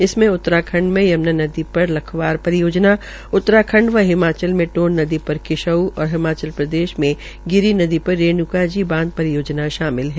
इसमे उत्तराखंड में यम्ना नदी पर लखवार परियोजना उत्तराखंड व हिमाचल में टोन नदी पर किशऊ और हिमाचल प्रदेश में गिरी नदी पर रेणुका जी बांध परियोजना शामिल है